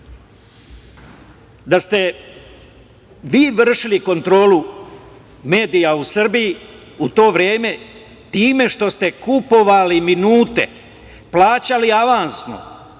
da ste vi vršili kontrolu medija u Srbiji u to vreme time što ste kupovali minute, plaćali avansno